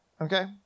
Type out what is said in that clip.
Okay